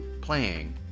playing